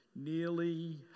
Nearly